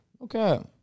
Okay